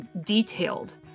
detailed